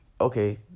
okay